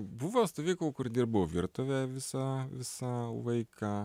buvo stovyklų kur dirbau virtuvė visą visa laiką